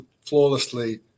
flawlessly